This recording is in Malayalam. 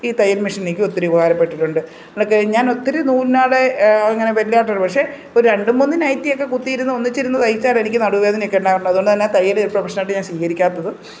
ഈ തയ്യൽ മെഷിൻ എനിക്ക് ഒത്തിരി ഉപകാരപ്പെട്ടിട്ടുണ്ട് നമ്മൾക്ക് ഞാനൊത്തിരി നൂനാടെ അങ്ങനെ വലിയതായിട്ടൊന്നും പക്ഷെ രണ്ട് മൂന്ന് നൈറ്റിയൊക്കെ കുത്തിയിരുന്ന് ഒന്നിച്ചിരുന്ന് തയ്ച്ചാലെനിക്ക് നടുവേദനയൊക്കെ ഉണ്ടാവുന്നുണ്ട് അതുകൊണ്ട് തന്നെ തയ്യല് ഒരു പ്രൊഫെഷനായിട്ട് ഞാൻ സ്വീകരിക്കാത്തത്